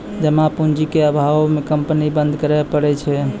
जमा पूंजी के अभावो मे कंपनी बंद करै पड़ै छै